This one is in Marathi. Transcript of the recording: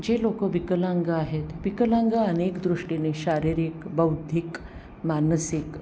जे लोक विकलांग आहेत विकलांग अनेक दृष्टीने शारीरिक बौद्धिक मानसिक